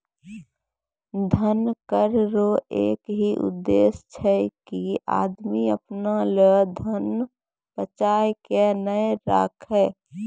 धन कर रो एक ही उद्देस छै की आदमी अपना लो धन बचाय के नै राखै